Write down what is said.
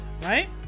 Right